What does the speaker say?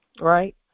right